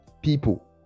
people